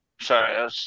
Sorry